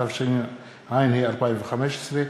התשע"ה 2015,